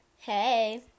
Hey